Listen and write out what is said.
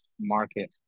market